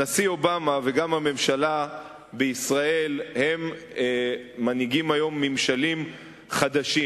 הנשיא אובמה וגם הממשלה בישראל מנהיגים היום ממשלים חדשים,